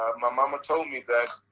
ah my momma told me that,